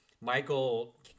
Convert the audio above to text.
Michael